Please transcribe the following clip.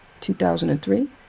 2003